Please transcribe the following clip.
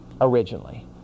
originally